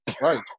right